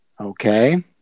okay